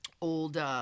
old